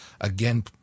Again